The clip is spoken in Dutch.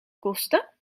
kosten